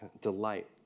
delight